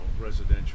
residential